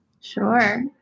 Sure